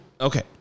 Okay